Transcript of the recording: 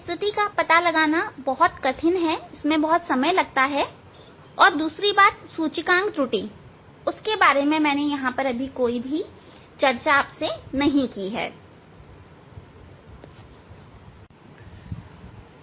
स्थिति का पता लगाना बहुत कठिन है और दूसरी बात है कि सूचकांक त्रुटि के बारे में मैंने यहाँ चर्चा नहीं की है